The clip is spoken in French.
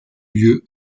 lieu